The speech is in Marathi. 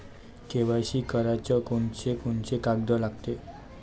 के.वाय.सी कराच कोनचे कोनचे कागद लागते?